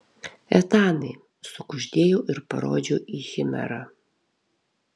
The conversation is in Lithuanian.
etanai sukuždėjau ir parodžiau į chimerą